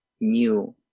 new